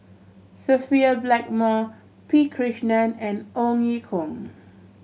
Sophia Blackmore P Krishnan and Ong Ye Kung